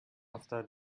after